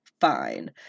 fine